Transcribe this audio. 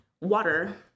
water